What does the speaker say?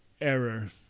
error